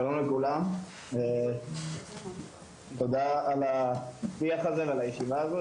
שלום לכולם, תודה על הישיבה הזאת.